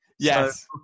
Yes